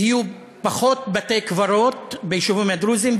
יהיו פחות בתי-קברות ביישובים הדרוזיים,